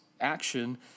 action